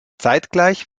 zeitgleich